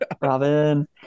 robin